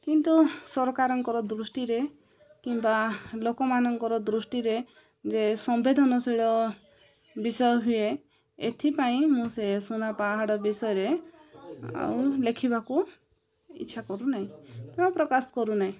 କିନ୍ତୁ ସରକାରଙ୍କର ଦୃଷ୍ଟିରେ କିମ୍ବା ଲୋକମାନଙ୍କର ଦୃଷ୍ଟିରେ ଯେ ସମ୍ବେଦନଶୀଳ ବିଷୟ ହୁଏ ଏଥିପାଇଁ ମୁଁ ସେ ସୁନାପହାଡ଼ ବିଷୟରେ ଆଉ ଲେଖିବାକୁ ଇଚ୍ଛା କରୁନାହିଁ କିମ୍ବା ପ୍ରକାଶ କରୁନାହିଁ